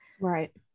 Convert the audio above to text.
right